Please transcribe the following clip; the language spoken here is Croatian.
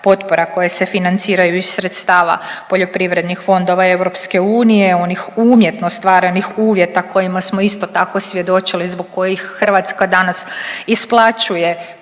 potpora koje se financiraju iz sredstava poljoprivrednih fondova EU, onih umjetno stvarnih uvjeta kojima smo isto tako svjedočili zbog kojih Hrvatska danas isplaćuje